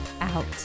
out